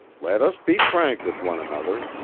let us be frank with one another,